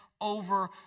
over